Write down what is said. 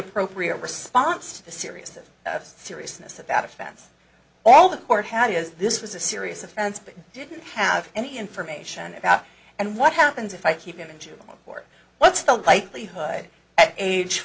appropriate response to the seriousness of seriousness about offense all the court had is this was a serious offense but didn't have any information about and what happens if i keep him in juvenile what's the likelihood at age